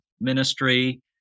ministry